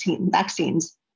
vaccines